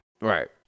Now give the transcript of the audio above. Right